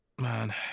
man